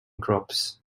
crops